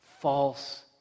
false